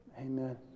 Amen